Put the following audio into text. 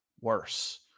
worse